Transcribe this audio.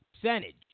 percentage